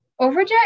Overjet